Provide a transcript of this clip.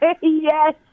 Yes